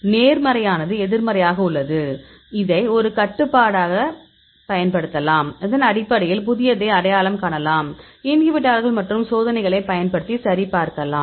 நேர்மறையானது எதிர்மறையாக உள்ளது இதை ஒரு கட்டுப்பாட்டாகப் பயன்படுத்தலாம் அதன் அடிப்படையில் புதியதை அடையாளம் காணலாம் இன்ஹிபிட்டர்கள் மற்றும் சோதனைகளைப் பயன்படுத்தி சரிபார்க்கலாம்